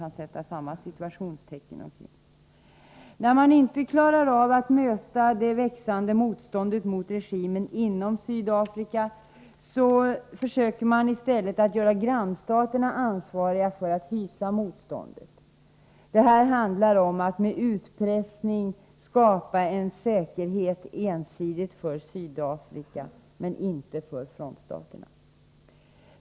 När man inte klarar av att möta det växande motståndet mot regimen inom Sydafrika försöker man i stället göra grannstaterna ansvariga för att hysa motståndet. Det här handlar om att med utpressning skapa en säkerhet ensidigt för Sydafrika men inte för frontstaterna.